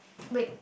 wait